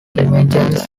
emergence